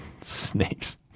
snakes